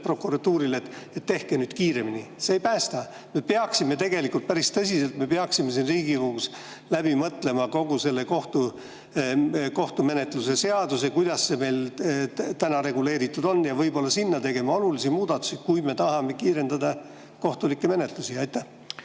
prokuratuurile, et tehke nüüd kiiremini. See ei päästa. Me peaksime tegelikult – päris tõsiselt – siin Riigikogus läbi mõtlema kogu kohtumenetluse seaduse, kuidas see meil täna reguleeritud on, ja võib-olla tegema sinna olulisi muudatusi, kui me tahame kiirendada kohtulikke menetlusi. Aitäh!